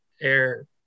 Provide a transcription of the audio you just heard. air